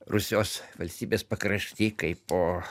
rusijos valstybės pakrašty kaipo